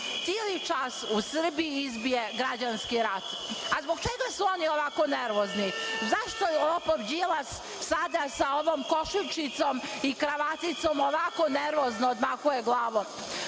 tili čas u Srbiji izbije građanski rat. Zbog čega su oni ovako nervozni? Zašto lopov Đilas sada sa ovom košuljčicom i kravaticom ovako nervozno odmahuje glavom?